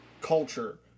culture